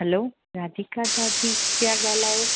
हलो राधिका दादी पिया ॻाल्हायो